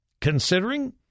considering